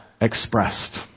expressed